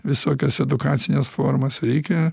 visokias edukacines formas reikia